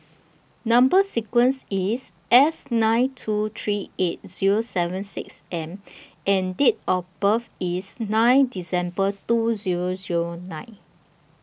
Number sequence IS S nine two three eight Zero seven six M and Date of birth IS nine December two Zero Zero nine